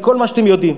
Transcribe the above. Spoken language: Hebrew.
מכל מה שאתם יודעים.